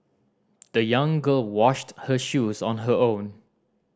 the young girl washed her shoes on her own